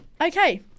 Okay